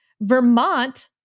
Vermont